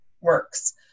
works